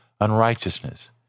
unrighteousness